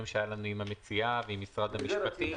שהיה לנו עם המציעים ועם משרד המשפטים,